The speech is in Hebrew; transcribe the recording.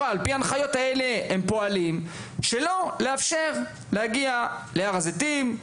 הנחיה שלכאורה לא מאפשרת להגיע להר הזיתים,